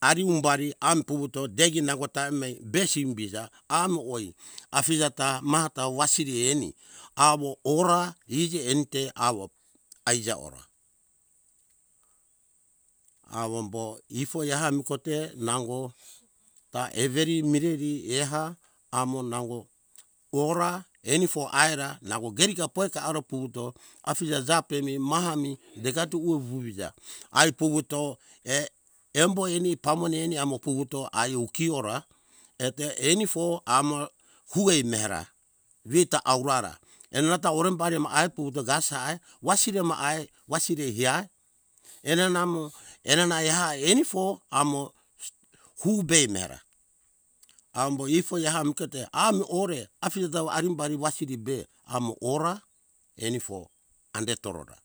Arimbari am puvuto degi nangota mei besim bisa amo woi afije ta mata wasiri eni awo ora iji eni te awo eija ora awo bo ifoi am kote nango ta everi mireri eha awo nango kora enifo aira nango geriga poika aro puto afije jape mi maha mi degatu wuwuija ai puvuto err embo eni pamone eni amo puvuto ai ukiora eto enifo amo hui mera reta aurara begata orembari ma ai puvuto kasa ai wasiri ma ai wasirie ai enanamo enana ehai enifo amo uhube mera ambo ifoi amta te am ore afije ta arimbari wasiri be amo ora enifo ande torora